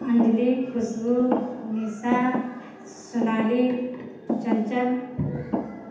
Anjali Khushboo Nisha Sonali Chanchal